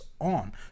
on